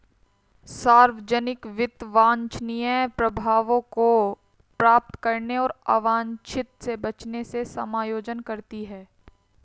सार्वजनिक वित्त वांछनीय प्रभावों को प्राप्त करने और अवांछित से बचने से समायोजन करती है